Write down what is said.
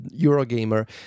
Eurogamer